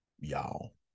y'all